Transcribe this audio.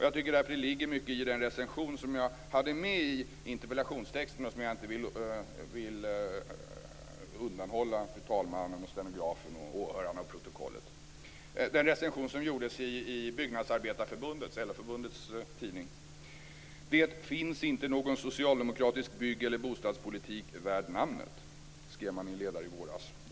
Jag tycker därför att det ligger mycket i den recension som jag hade med i interpellationen och som jag inte vill undanhålla fru talmannen, åhörarna, stenografen och protokollet. Den gjordes i Byggnadsarbetareförbundets tidning: "Det finns inte någon socialdemokratisk bygg eller bostadspolitik värd namnet", skrev man i en ledare i våras.